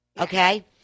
okay